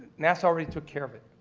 nasa already took care of it.